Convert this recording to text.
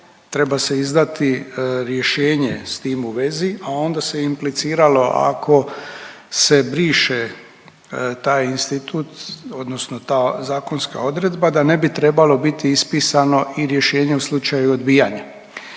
treba se izdati rješenje s tim u vezi, a onda se impliciralo ako se briše taj institut odnosno ta zakonska odredba da ne bi trebalo biti ispisano i rješenje u slučaju odbijanja.